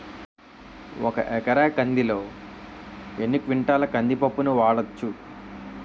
ఒక ఎకర కందిలో ఎన్ని క్వింటాల కంది పప్పును వాడచ్చు?